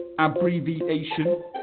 abbreviation